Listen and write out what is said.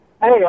Hey